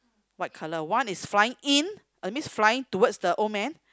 white colour one is flying in a miss flying towards the old man